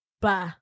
Bye